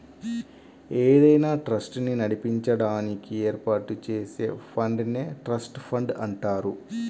ఏదైనా ట్రస్ట్ ని నడిపించడానికి ఏర్పాటు చేసే ఫండ్ నే ట్రస్ట్ ఫండ్ అంటారు